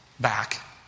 back